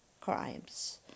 crimes